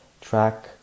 track